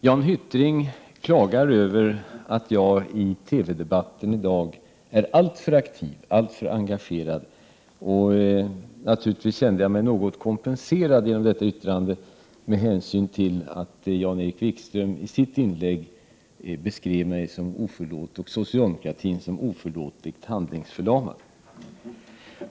Jan Hyttring klagar över att jag i TV-debatten är alltför aktiv och engagerad i dag. Naturligtvis kände jag mig något kompenserad genom att Jan-Erik Wikström i sitt inlägg beskrev mig och socialdemokratin som oförlåtligt handlingsförlamad.